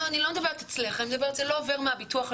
אני לא מדברת אצלך, זה לא עובר מהביטוח הלאומי.